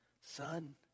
Son